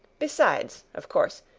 besides, of course,